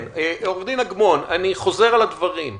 עו"ד אגמון, אני חוזר על הדברים.